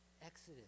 Exodus